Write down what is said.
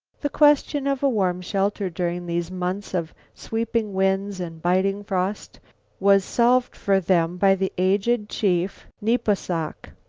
the question of a warm shelter during these months of sweeping winds and biting frost was solved for them by the aged chief nepos-sok.